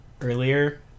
earlier